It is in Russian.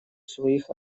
своих